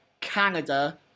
Canada